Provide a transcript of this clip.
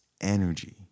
energy